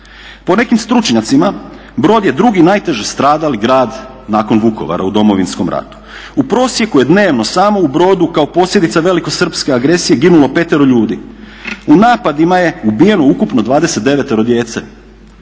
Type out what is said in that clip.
Po nekim stručnjacima Brod je drugi najteže stradali grad nakon Vukovara u Domovinskom ratu. U prosjeku je dnevno samo u Brodu kao posljedica velikosrpske agresije ginulo 5 ljudi. U napadima je ubijeno ukupno 29 djece.